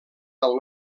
del